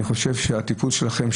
אני חושב שהטיפול שלכם,